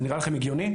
זה נראה לכם הגיוני?